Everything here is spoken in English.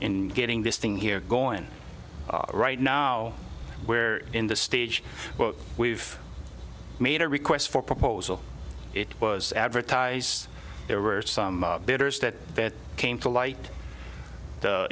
in getting this thing here going right now where in the stage what we've made a request for proposal it was advertised there were some bidders that came to light the